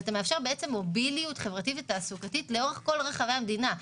אתה מאפשר מוביליות חברתית ותעסוקתית בכל רחבי המדינה.